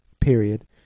period